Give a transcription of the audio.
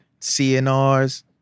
CNRs